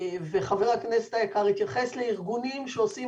וחבר הכנסת היקר התייחס לארגונים שעושים